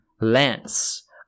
Lance